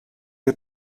der